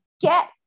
get